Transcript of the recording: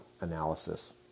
analysis